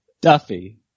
Duffy